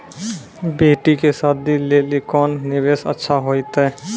बेटी के शादी लेली कोंन निवेश अच्छा होइतै?